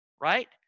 right